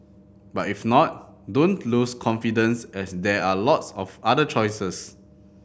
but if not don't lose confidence as there are lots of other choices